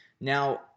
Now